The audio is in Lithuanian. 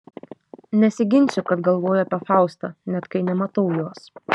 nesiginsiu kad galvoju apie faustą net kai nematau jos